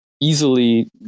easily